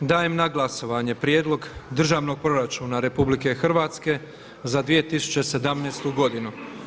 Dajem na glasovanje Prijedlog državnog proračuna Republike Hrvatske za 2017. godinu.